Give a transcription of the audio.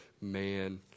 man